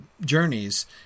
journeys